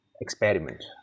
experiment